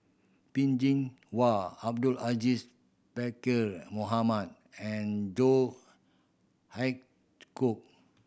Peh Chin Hua Abdul Aziz Pakkeer Mohamed and John Hitchcock